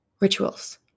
rituals